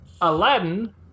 Aladdin